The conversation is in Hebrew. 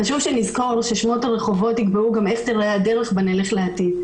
חשוב שנזכור ששמות הרחובות יקבעו גם איך תיראה הדרך בה נלך לעתיד,